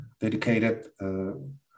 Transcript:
dedicated